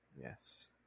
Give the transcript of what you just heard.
Yes